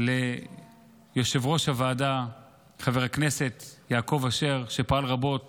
ליו"ר הוועדה חבר הכנסת יעקב אשר, שפעל רבות